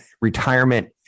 retirement